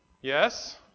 Yes